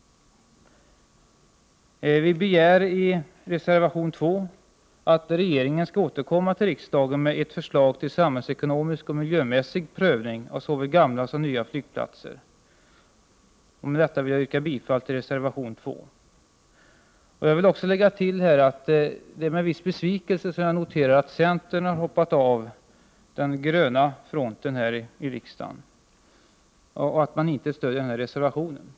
Vi begär därför i reservation 2 att regeringen skall återkomma till riksdagen med ett förslag till samhällsekonomisk och miljömässig prövning av såväl gamla som nya flygplatser. Med detta yrkar jag bifall till reservation 2 Jag vill också lägga till att det är med viss besvikelse som jag noterar att centern har hoppat av den gröna fronten i riksdagen och att centern inte stödjer reservationen.